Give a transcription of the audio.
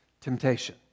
temptation